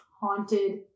haunted